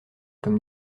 comme